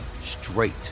straight